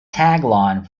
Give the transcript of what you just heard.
tagline